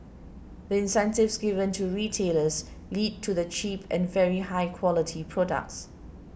the incentives given to retailers lead to the cheap and very high quality products